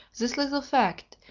this little fact,